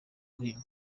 guhinga